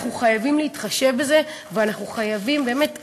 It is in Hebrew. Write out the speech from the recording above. אנחנו חייבים להתחשב בזה, וכמחוקק,